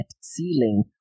ceiling